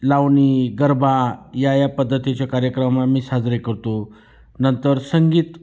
लावणी गरबा या या पद्धतीच्या कार्यक्रम आम्ही साजरे करतो नंतर संगीत